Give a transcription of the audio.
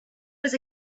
was